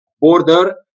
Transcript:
border